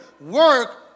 work